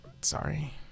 Sorry